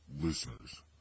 listeners